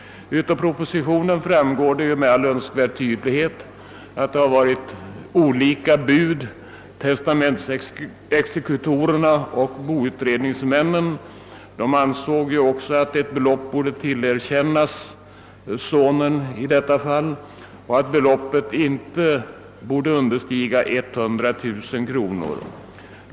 Av propositionen framgår med all önskvärd tydlighet att det varit fråga om olika bud. Testamentsexekutorerna och boutredningsmännen ansåg att i detta fall ett belopp borde tillerkännas sonen och att beloppet inte borde understiga 100000 kronor.